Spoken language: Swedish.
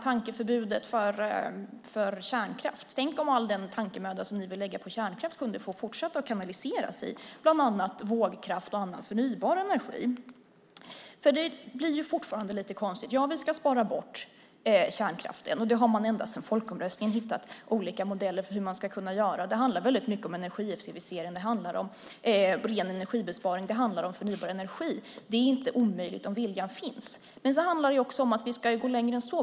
Tankeförbudet för kärnkraft nämndes. Tänk om all den tankemöda som ni vill lägga på kärnkraft användes till och fick fortsätta att kanaliseras i bland annat vågkraft och annan förnybar energi. Det blir fortfarande lite konstigt. Vi ska spara bort kärnkraften. Man har sedan folkomröstningen hittat olika modeller för hur man ska kunna göra det. Det handlar väldigt mycket om energieffektivisering, ren energibesparing och förnybar energi. Det är inte omöjligt om viljan finns. Det handlar också om att vi ska gå längre än så.